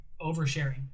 oversharing